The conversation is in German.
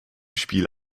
spiel